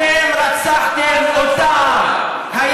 אתם רצחתם אותם.